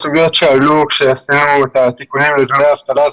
שעלו כשעשינו את התיקונים לדמי אבטלה,